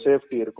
safety